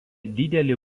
didelį